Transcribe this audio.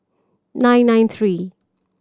nine nine three